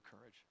courage